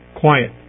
quiet